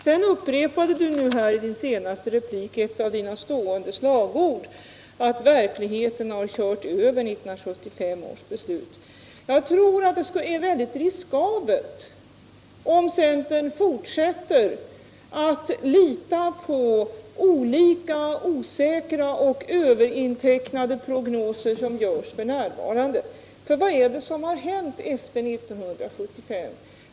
Sedan upprepade du i din senaste replik ett av dina stående slagord — att verkligheten har kört över 1975 års beslut. Jag tror att det är mycket riskabelt om centern fortsätter att lita på olika osäkra och överintecknade prognoser som görs f.n. För vad är det som har hänt efter 1975?